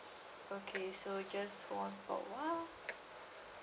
okay so just hold on for awhile